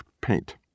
paint